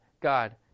God